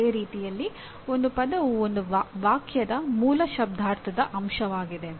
ಅದೇ ರೀತಿಯಲ್ಲಿ ಒಂದು ಪದವು ಒಂದು ವಾಕ್ಯದ ಮೂಲ ಶಬ್ದಾರ್ಥದ ಅಂಶವಾಗಿದೆ